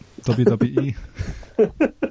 WWE